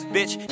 Bitch